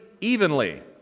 evenly